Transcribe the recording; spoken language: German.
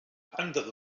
andere